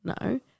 No